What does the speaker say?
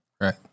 Right